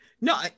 No